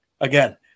Again